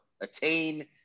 attain